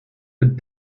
but